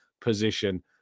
position